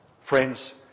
Friends